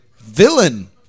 Villain